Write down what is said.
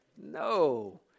No